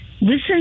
listen